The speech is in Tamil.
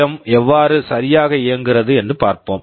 எம் PWM எவ்வாறு சரியாக இயங்குகிறது என்று பார்ப்போம்